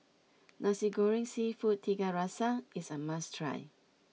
Nasi Goreng Seafood Tiga Rasa is a must try